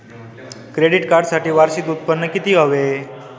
Credit कार्डसाठी वार्षिक उत्त्पन्न किती हवे?